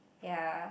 ya